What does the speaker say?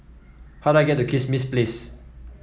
how do I get to Kismis Place